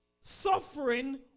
suffering